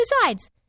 Besides